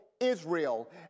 Israel